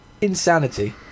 Insanity